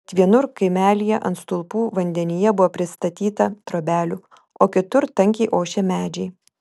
tad vienur kaimelyje ant stulpų vandenyje buvo pristatyta trobelių o kitur tankiai ošė medžiai